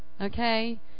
okay